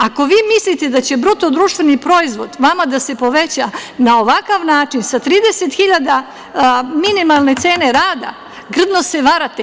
Ako vi mislite da će BDP vama da se poveća na ovakav način, sa 30.000 minimalne cene rada, grdno se varate.